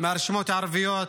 מהרשימות הערביות.